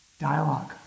dialogue